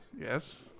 Yes